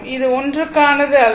இது ஒன்றிற்கான அல்ல